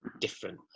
different